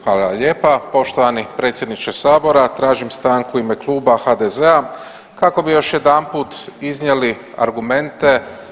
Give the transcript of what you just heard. Hvala lijepa poštovani predsjedniče sabora, tražim stanku u ime Kluba HDZ-a kako bi još jedanput iznijeli argumente.